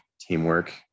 teamwork